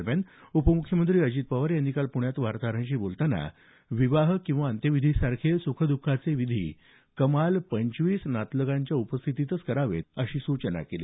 दरम्यान उपम्ख्यमंत्री अजित पवार यांनी काल पुण्यात वार्ताहरांशी बोलताना विवाह किंवा अंत्यविधीसारखे सुखद्रखाचे विधी कमाल पंचवीस नातलगांच्या उपस्थितीत करावेत अशी सूचना केली